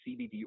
CBD